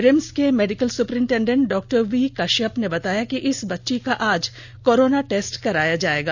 RIMS के medical superintendent Dr V Kashyap ने बताया कि इस बच्ची का आज कोरोना टेस्ट कराया जायेगा